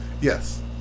Yes